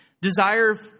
desire